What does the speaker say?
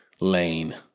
Lane